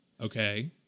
Okay